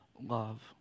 love